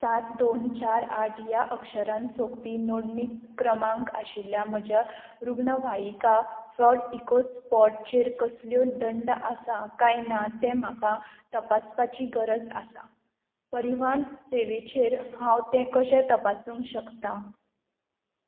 सात दोन चार आठ ह्या अक्षरान सोंप्पी नोंदणी क्रमांक आशिल्ल्या म्हज्या रुग्णवाईका फ्रॉड इको स्पॉटचेर कसल्यो दंड आसा काय ना तें म्हाका तपासपाची गरज आसा परिवन सेवेचेर हांव तें कशें तपासूंक शकता